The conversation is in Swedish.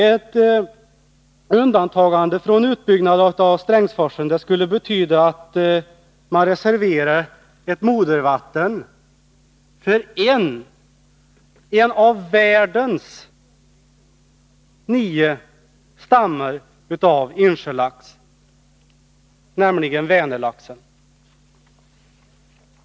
Att undanta Strängsforsen från en utbyggnad skulle betyda att man reserverade ett modervatten för en av världens nio stammar av insjölax, nämligen Vänerlaxen.